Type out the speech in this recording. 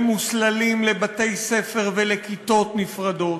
הם מוסללים לבתי-ספר ולכיתות נפרדות,